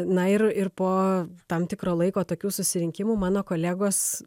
na ir ir po tam tikro laiko tokių susirinkimų mano kolegos